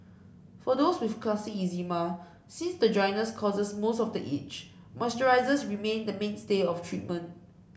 for those with classic eczema since the dryness causes most of the itch moisturisers remain the mainstay of treatment